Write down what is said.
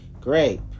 Grape